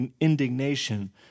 indignation